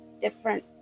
different